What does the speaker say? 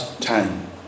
time